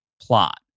plot